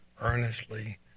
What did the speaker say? earnestly